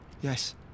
Yes